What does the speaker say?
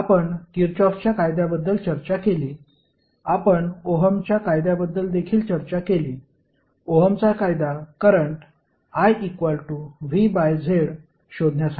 आपण किरचॉफच्या कायद्याबद्दल चर्चा केली आपण ओहमच्या कायद्याबद्दल देखील चर्चा केली ओहमचा कायदा करंट I V Z शोधण्यासाठी आहे